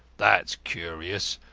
that's curious,